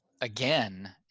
again